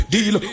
Deal